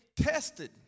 tested